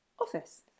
office